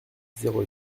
zéro